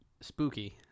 Spooky